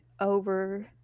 over